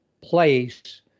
place